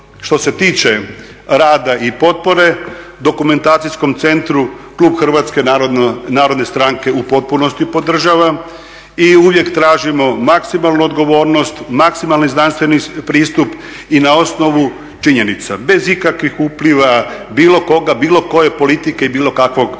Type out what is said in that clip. što se tiče rada i potpore dokumentacijskom centru klub HNS-a u potpunosti podržava i uvijek tražimo maksimalnu odgovornost, maksimalni znanstveni pristup i na osnovu činjenica, bez ikakvih upliva bilo koga, bilo koje politike i bilo kakvog